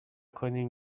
کنیم